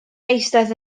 eistedd